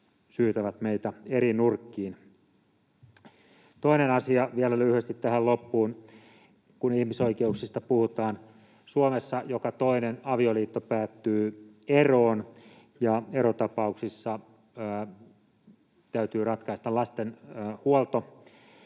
syytävät meitä eri nurkkiin. Toinen asia vielä lyhyesti tähän loppuun, kun ihmisoikeuksista puhutaan: Suomessa joka toinen avioliitto päättyy eroon. Erotapauksissa täytyy ratkaista lasten huolto,